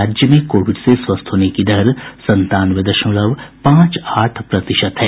राज्य में कोविड से स्वस्थ होने की दर संतानवे दशमलव पांच आठ प्रतिशत है